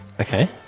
Okay